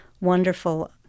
wonderful